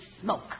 smoke